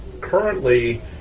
currently